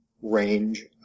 range